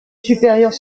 supérieures